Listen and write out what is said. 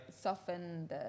soften